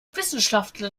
wissenschaftler